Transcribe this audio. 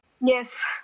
yes